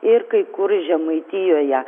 ir kai kur žemaitijoje